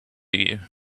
you